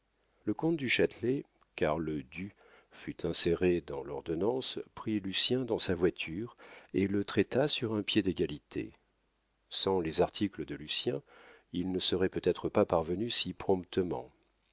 le comte du châtelet car le du fut inséré dans l'ordonnance prit lucien dans sa voiture et le traita sur un pied d'égalité sans les articles de lucien il ne serait peut-être pas parvenu si promptement